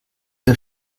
das